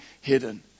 hidden